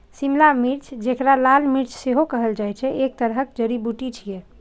शिमला मिर्च, जेकरा लाल मिर्च सेहो कहल जाइ छै, एक तरहक जड़ी बूटी छियै